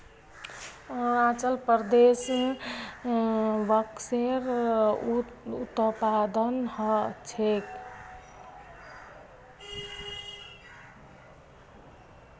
अरुणाचल प्रदेशत बांसेर उत्पादन ह छेक